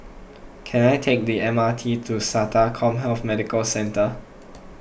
can I take the M R T to Sata CommHealth Medical Centre